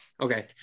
Okay